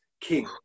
king